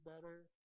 better